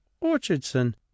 orchardson